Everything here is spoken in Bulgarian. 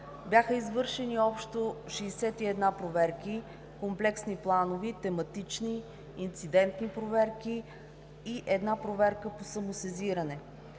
Бяха извършени общо 61 проверки – комплексни, планови, тематични, инцидентни проверки и една проверка по самосезиране.